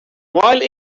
while